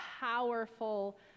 powerful